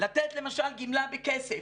לתת למשל גמלה בכסף